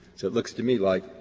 so it looks to me like,